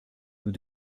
nous